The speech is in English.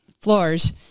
floors